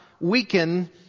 weaken